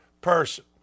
person